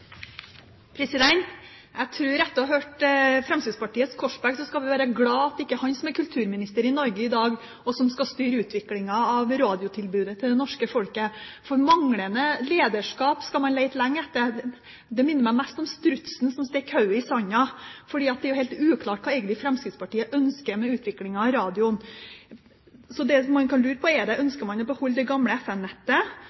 Etter å ha hørt Fremskrittspartiets Korsberg tror jeg vi skal være glad for at det ikke er han som er kulturminister i Norge i dag, og som skal styre utviklingen av radiotilbudet til det norske folket, for et så manglende lederskap skal man lete lenge etter. Det minner meg mest om strutsen som stikker hodet i sanden. Det er helt uklart hva Fremskrittspartiet egentlig ønsker når det gjelder utviklingen av radioen. Det man kan lure på, er om man ønsker å beholde det